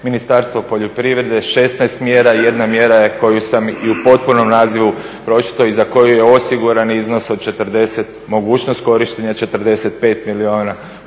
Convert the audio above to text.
Ministarstvo poljoprivrede s 16 mjera. Jedna mjera je koju sam i u potpunom nazivu pročitao i za koju je osiguran iznos od, mogućnost korištenja 45 milijuna